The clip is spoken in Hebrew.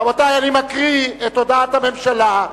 רבותי, אני מקריא את הודעת הממשלה,